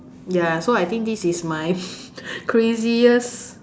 ya so I think this is my craziest